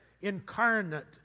incarnate